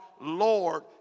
Lord